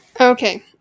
Okay